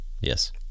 Yes